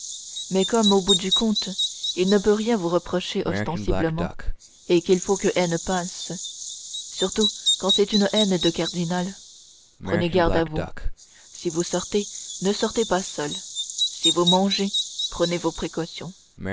mais comme au bout du compte il ne peut rien vous reprocher ostensiblement et qu'il faut que haine se satisfasse surtout quand c'est une haine de cardinal prenez garde à vous si vous sortez ne sortez pas seul si vous mangez prenez vos précautions